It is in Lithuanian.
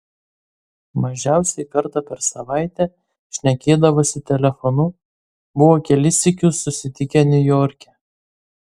mažiausiai kartą per savaitę šnekėdavosi telefonu buvo kelis sykius susitikę niujorke